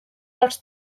dels